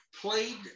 played